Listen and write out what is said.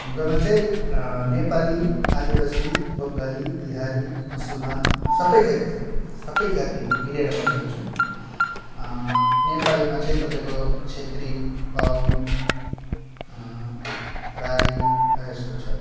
हाम्रोमा चाहिँ नेपाली आदिवासी बङ्गाली बिहारी मुसुलमान सबै जाति छ सबै जातिहरू मिलेर बसेको छौँ नेपालीमा चाहिँ तपाईँको छेत्री बाहुन राई यस्तोहरू छ